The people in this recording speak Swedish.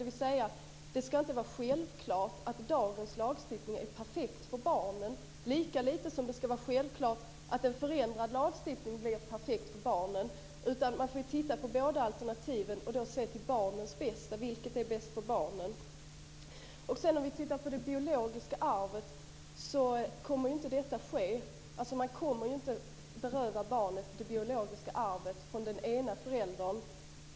Det ska alltså inte vara självklart att dagens lagstiftning är perfekt för barnen lika lite som det ska vara självklart att en förändrad lagstiftning blir perfekt för barnen. Man måste titta på båda alternativen och se till barnens bästa. Vilket är bäst för barnen? När det gäller det biologiska arvet vill jag säga att man ju inte kommer att beröva barnet det biologiska arvet från den ena föräldern.